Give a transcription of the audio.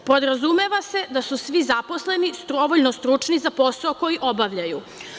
Podrazumeva se da su svi zaposleni dovoljno stručni za posao koji obavljaju.